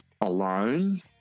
alone